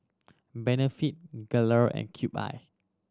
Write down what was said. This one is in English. Benefit Gelare and Cube I